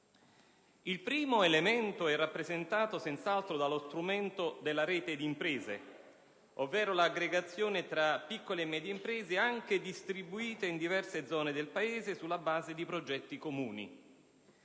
Il primo elemento è rappresentato senz'altro dallo strumento della rete di imprese, ovvero dall'aggregazione tra piccole e medie imprese, anche distribuite in diverse zone del Paese, sulla base di progetti comuni.